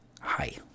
Hi